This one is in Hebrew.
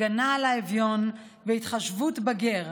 הגנה על האביון והתחשבות בגר,